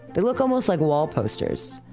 it looked almost like wall posters.